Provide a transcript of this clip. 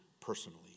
personally